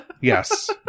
Yes